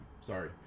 Sorry